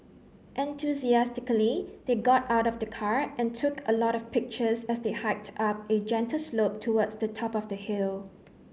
enthusiastically they got out of the car and took a lot of pictures as they hiked up a gentle slope towards the top of the hill